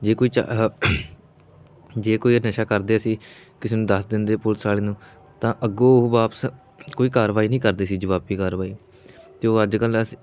ਜੇ ਕੋਈ ਚਾ ਜੇ ਕੋਈ ਨਸ਼ਾ ਕਰਦੇ ਸੀ ਕਿਸੇ ਨੂੰ ਦੱਸ ਦਿੰਦੇ ਪੁਲਿਸ ਵਾਲੇ ਨੂੰ ਤਾਂ ਅੱਗੋਂ ਉਹ ਵਾਪਸ ਕੋਈ ਕਾਰਵਾਈ ਨਹੀਂ ਕਰਦੇ ਸੀ ਜਵਾਬੀ ਕਾਰਵਾਈ ਅਤੇ ਉਹ ਅੱਜ ਕੱਲ੍ਹ